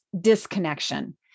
disconnection